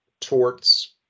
torts